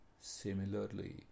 Similarly